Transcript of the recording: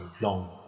long